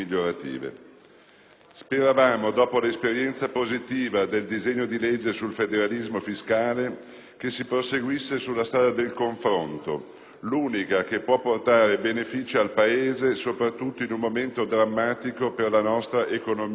Speravamo, dopo l'esperienza positiva del disegno di legge sul federalismo fiscale, che si proseguisse sulla strada del confronto, l'unica che può portare benefici al Paese, soprattutto in momento drammatico per la nostra economia nazionale,